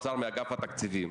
מאגף התקציבים,